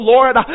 Lord